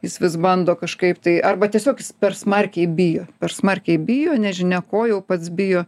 jis vis bando kažkaip tai arba tiesiog jis per smarkiai bijo per smarkiai bijo nežinia ko jau pats bijo